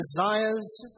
desires